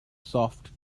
soft